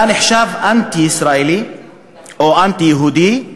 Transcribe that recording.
אתה נחשב אנטי-ישראלי או אנטי-יהודי.